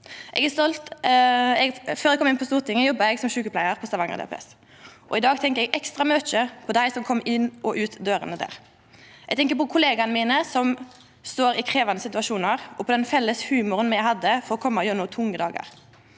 meldinga. Før eg kom inn på Stortinget, jobba eg som sjukepleiar på Stavanger DPS. I dag tenkjer eg ekstra mykje på dei som kom inn og gjekk ut dørene der. Eg tenkjer på kollegaene mine som står i krevjande situasjonar, og på den felles humoren me hadde for å koma gjennom tunge dagar.